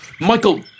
Michael